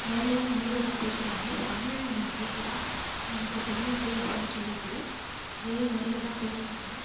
வேறே மொழிகள் தான் பேசுகிறாங்க இப்போ தமிழில் நம்ம ஒன்று கேட்டால் எனக்கு தெரியாது அப்படின்னு சொல்லிட்டு வேறே மொழிகள் தான் பேசுகிறாங்க